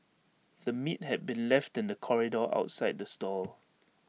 the meat had been left in the corridor outside the stall